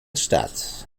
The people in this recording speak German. statt